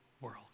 world